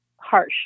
harsh